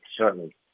shortly